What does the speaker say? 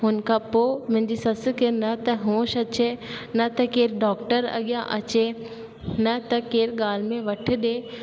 हुन खां पोइ मुंहिंजी सस खे न त होश अचे न त केरु डॉक्टर अॻियां अचे न त केरु ॻाल्हि में वठ ॾिए